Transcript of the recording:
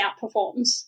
outperforms